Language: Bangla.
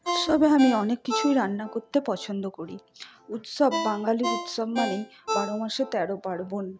উৎসবে আমি অনেক কিছুই রান্না করতে পছন্দ করি উৎসব বাঙালির উৎসব মানেই বারো মাসে তেরো পার্বণ